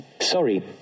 Sorry